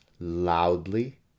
loudly